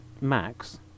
Max